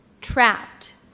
trapped